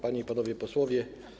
Panie i Panowie Posłowie!